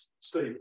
Steve